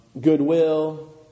goodwill